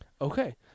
Okay